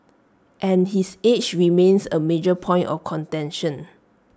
and his age remains A major point of contention